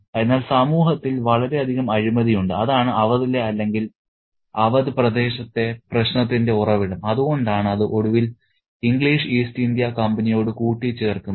അതിനാൽ സമൂഹത്തിൽ വളരെയധികം അഴിമതിയുണ്ട് അതാണ് അവധിലെ അല്ലെങ്കിൽ അവധ് പ്രദേശത്തെ പ്രശ്നത്തിന്റെ ഉറവിടം അതുകൊണ്ടാണ് അത് ഒടുവിൽ ഇംഗ്ലീഷ് ഈസ്റ്റ് ഇന്ത്യാ കമ്പനിയോട് കൂട്ടിച്ചേർക്കുന്നത്